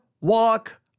walk